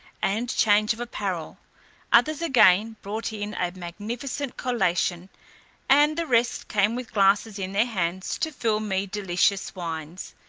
and change of apparel others again brought in a magnificent collation and the rest came with glasses in their hands to fill me delicious wines,